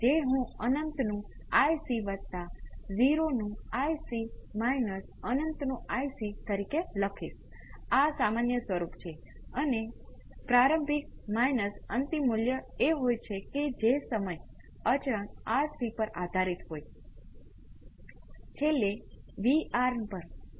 તેથી હવે પહેલા તમે બધું એકસાથે લેતા કુલ રિસ્પોન્સ મેળવશો પરંતુ થેવેનિન સમકક્ષ વગેરે લેતા પછી તમે આ સુપર પોઝિશન કરવાનો પ્રયાસ કરો આ 5 વોલ્ટ સ્રોત સાથે કુલ પ્રતિભાવ એકલા આ 2 મિલિએમ્પ સ્રોતો સાથે કુલ રિસ્પોન્સ લો અને બંને ને ઉમેરો અને જુઓ કે તમને વાસ્તવિક કુલ રિસ્પોન્સ જેવું જ પરિણામ મળે છે કે નહીં અથવા નહીં તો બરાબર ખોટું પરિણામ શું છે